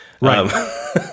Right